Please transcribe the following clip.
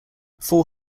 four